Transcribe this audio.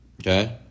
okay